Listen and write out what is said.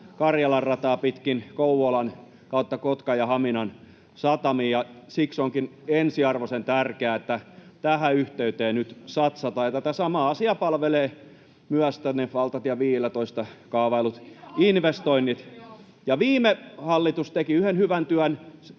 Karjalan rataa pitkin Kouvolan kautta Kotkan ja Haminan satamiin, ja siksi onkin ensiarvoisen tärkeää, että tähän yhteyteen nyt satsataan. Tätä samaa asiaa palvelevat myös valtatie 15:lle kaavaillut investoinnit. [Välihuuto keskustan